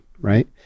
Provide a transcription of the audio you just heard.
right